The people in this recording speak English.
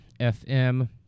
FM